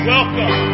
Welcome